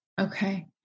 okay